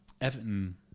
Everton